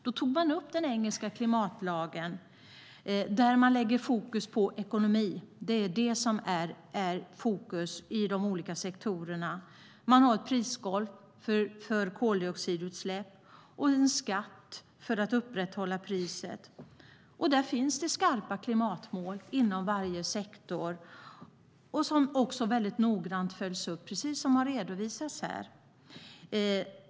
Där tog de upp den engelska klimatlagen som lägger fokus på ekonomi. Det är fokus i de olika sektorerna. Man har ett prisgolv för koldioxidutsläpp och en skatt för att upprätthålla priset. Där finns det skarpa klimatmål inom varje sektor som också följs upp mycket noggrant, precis som har redovisats här.